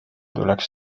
tuleks